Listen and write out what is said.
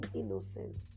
innocence